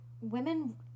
women